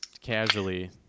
Casually